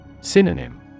Synonym